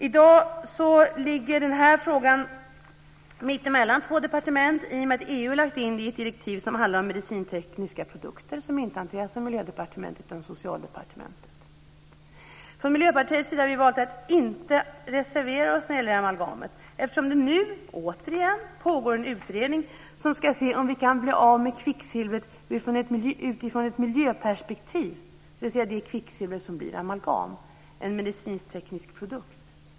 I dag ligger denna fråga mitt emellan två departement i och med att EU har lagt in den i ett direktiv som handlar om medicintekniska produkter och som inte hanteras av Miljödepartementet utan av Socialdepartementet. Från Miljöpartiets sida har vi valt att inte reservera oss när det gäller amalgamet eftersom det nu, återigen, pågår en utredning som ska se om vi kan bli av med kvicksilvret i ett miljöperspektiv, dvs. det kvicksilver som blir amalgam - en medicinteknisk produkt.